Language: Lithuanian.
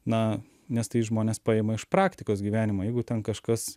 na nes tai žmonės paima iš praktikos gyvenimo jeigu ten kažkas